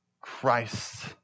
Christ